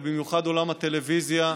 ובמיוחד עולם הטלוויזיה,